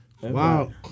Wow